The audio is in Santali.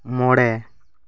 ᱢᱚᱬᱮ